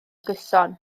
gyson